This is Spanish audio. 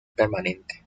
permanente